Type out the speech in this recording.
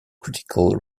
critical